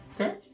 Okay